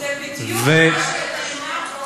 זה בדיוק מה שנאמר.